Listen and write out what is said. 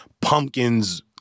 Pumpkin's